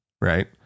right